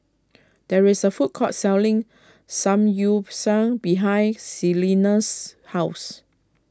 there is a food court selling Samgyeopsal behind Celina's house